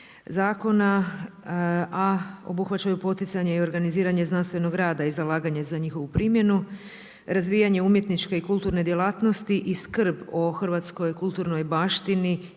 zakona, a obuhvaćaju poticanje i organiziranje znanstvenog rada i zalaganje za njihovu primjenu, razvijanje umjetničke i kulturne djelatnosti i skrb o hrvatskoj kulturni baštini